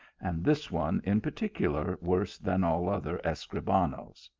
and this one in particular, worse than all other escribanoes.